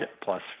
plus